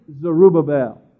Zerubbabel